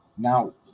Now